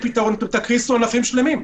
דירקטוריונים.